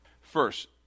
First